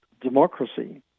democracy